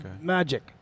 magic